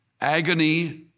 agony